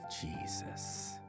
Jesus